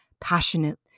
passionate